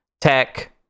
tech